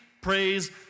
praise